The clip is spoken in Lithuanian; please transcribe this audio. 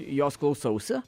jos klausausi